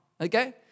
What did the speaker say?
okay